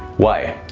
why?